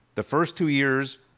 the first two years,